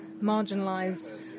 marginalised